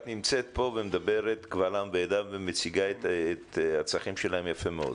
את נמצאת פה ומדברת קבל עם ועדה ומציגה את הצרכים שלהם יפה מאוד.